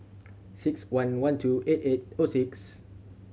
six one one two eight eight O six